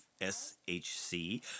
SHC